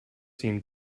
seem